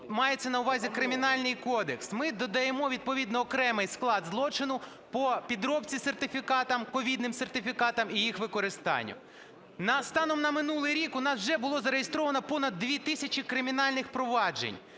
мається на увазі Кримінальний кодекс, ми додаємо відповідно окремий склад злочину по підробці сертифікатів, ковідних сертифікатів і їх використанню. Станом на минулий рік в нас вже було зареєстровано понад 2 тисячі кримінальних проваджень,